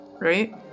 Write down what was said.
right